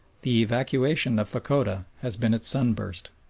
the evacuation of fachoda has been its sunburst.